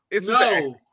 No